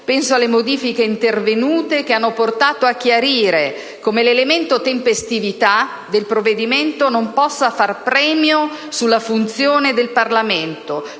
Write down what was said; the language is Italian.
penso alle modifiche intervenute che hanno portato a chiarire come l'elemento tempestività del provvedimento non possa far premio sulla funzione del Parlamento.